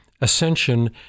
Ascension